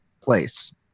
place